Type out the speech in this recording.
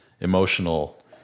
emotional